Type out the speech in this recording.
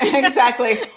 exactly.